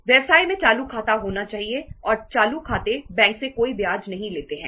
व्यवसाय में चालू खाता होना चाहिए और चालू खाते बैंक से कोई ब्याज नहीं लेते हैं